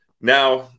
Now